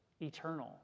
eternal